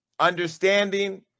understanding